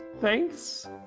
Thanks